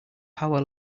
power